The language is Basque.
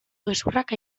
gezurrak